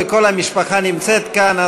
וכל המשפחה נמצאת כאן,